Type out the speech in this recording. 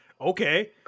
Okay